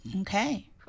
okay